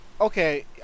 Okay